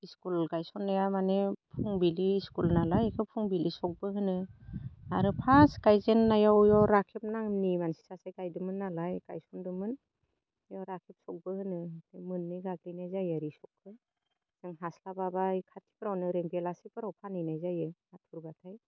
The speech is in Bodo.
स्कुल गायसननाया माने फुंबिलि स्कुल नालाय इखो फुंबिलि सखबो होनो आरो फार्स्ट गायजेननायाव राखेब नामनि मानसि सासे गायदोंमोन नालाय गायसनदोंमोन बेयाव राखेब सखबो होनो मोननै गाबज्रिनाय जायो आरो इ सखखौ आं हास्लाबाब्ला खाथिफोरावनो बेलासिफोराव फानहैनाय जायो आथुरब्लाथाय